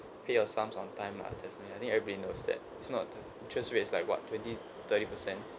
pay your sums on time lah definitely I think everybody knows that it's not the interest rate is like what twenty thirty percent